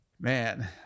man